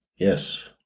Yes